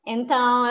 Então